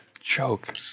Joke